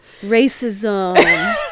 racism